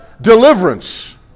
deliverance